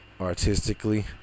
artistically